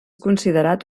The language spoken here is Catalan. considerat